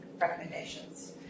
recommendations